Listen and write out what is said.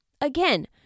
again